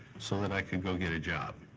so that i could go get a job.